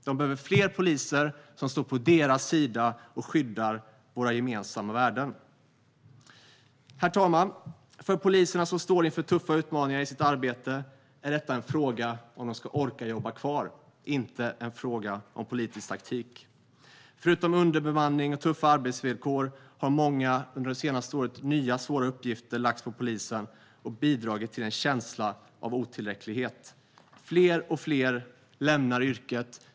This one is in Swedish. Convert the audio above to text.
De behöver fler poliser som står på deras sida och skyddar våra gemensamma värden. Herr talman! För de poliser som står inför tuffa utmaningar i sitt arbete är frågan om de ska orka jobba kvar; det är inte en fråga om politisk taktik. Förutom underbemanning och tuffa arbetsvillkor har det senaste året många nya, svåra uppgifter lagts på polisen och bidragit till en känsla av otillräcklighet. Fler och fler lämnar yrket.